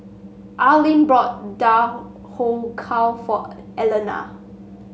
Arlen bought Dhokla for Elaina